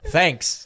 Thanks